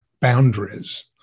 boundaries